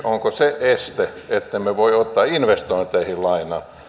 onko se este ettemme voi ottaa investointeihin lainaa